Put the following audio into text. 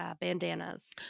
bandanas